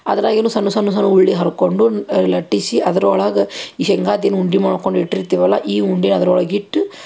ಅದರಾಗೆನು ಸಣ್ಣ ಸಣ್ಣ ಸಣ್ಣ ಉಳ್ಳಿ ಹರ್ಕೊಂಡು ಲಟ್ಟಿಸಿ ಅದ್ರೊಳಗೆ ಈ ಶೇಂಗಾದು ಏನು ಉಂಡೆ ಮಾಡ್ಕೊಂಡು ಇಟ್ಟಿರ್ತೀವಲ್ಲ ಈ ಉಂಡೆ ಅದ್ರೊಳಗೆ ಇಟ್ಟು